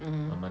mmhmm